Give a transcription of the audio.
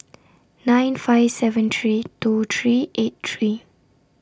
nine five seven three two three eight three